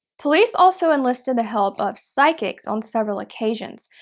police also enlisted the help of psychics on several occasions.